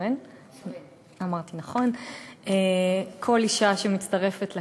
כל אישה שמצטרפת לכנסת,